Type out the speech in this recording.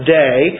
day